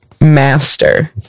master